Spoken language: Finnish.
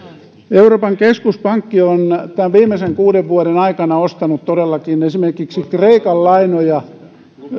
euroopan keskuspankki on todellakin viimeisen kuuden vuoden aikana ostanut esimerkiksi kreikan lainoja